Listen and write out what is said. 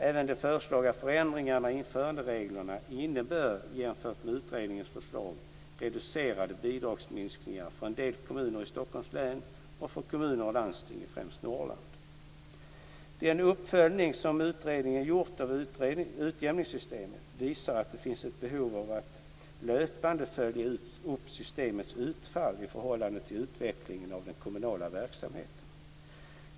Även de föreslagna förändringarna i införandereglerna innebär, jämfört med utredningens förslag, reducerade bidragsminskningar för en del kommuner i Stockholms län och för kommuner och landsting i främst Norrland. Den uppföljning som utredningen gjort av utjämningssystemet visar att det finns ett behov av att löpande följa upp systemets utfall i förhållande till utvecklingen av den kommunala verksamheten.